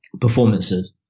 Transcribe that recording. performances